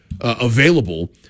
available